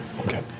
Okay